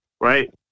right